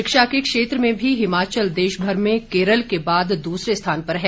शिक्षा के क्षेत्र में भी हिमाचल देशभर में केरल के बाद दूसरे स्थान पर है